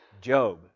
Job